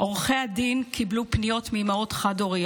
יו"ר הוועדה חבר הכנסת שמחה רוטמן ועם חברי